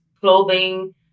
clothing